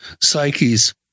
psyches